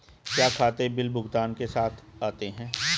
क्या खाते बिल भुगतान के साथ आते हैं?